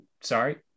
sorry